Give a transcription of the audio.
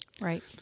Right